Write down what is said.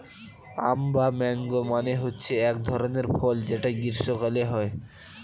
আম বা ম্যাংগো মানে হচ্ছে এক ধরনের ফল যেটা গ্রীস্মকালে হয়